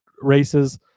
races